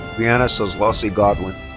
brianna so szollosy godwin.